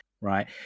right